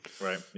Right